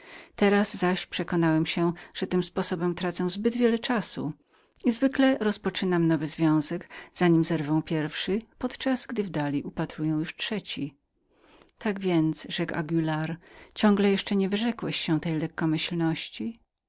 teraz zaś przekonałem się że tym sposobem tracę zbyt wiele czasu i zwykle rozpoczynam nowy związek za nim zerwę pierwszy podczas gdy w dali upatruję już trzeci tak więc rzekł anguilar nigdy niechcesz wyrzec się